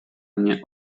mnie